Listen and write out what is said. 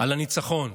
על הניצחון,